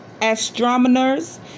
Astronomers